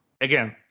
again